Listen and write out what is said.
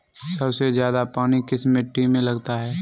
सबसे ज्यादा पानी किस मिट्टी में लगता है?